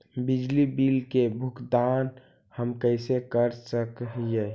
बिजली बिल के भुगतान हम कैसे कर सक हिय?